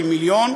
של מיליון,